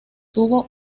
tuvo